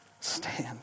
stand